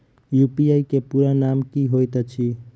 UPI केँ पूरा नाम की होइत अछि?